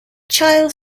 child